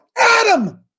Adam